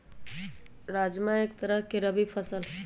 राजमा एक तरह के ही रबी फसल हई